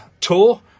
tour